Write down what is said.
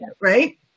Right